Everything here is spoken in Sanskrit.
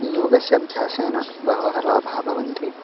योगस्य अभ्यासेन बहवः लाभाः भवन्ति